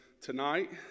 tonight